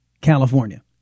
california